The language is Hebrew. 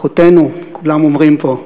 אחותנו, כולם אומרים פה,